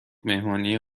مهمانی